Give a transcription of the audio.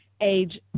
age